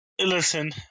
Listen